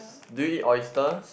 do you eat oysters